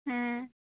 ᱦᱮᱸ